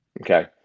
okay